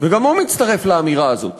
וגם הוא מצטרף לאמירה הזאת